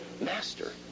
master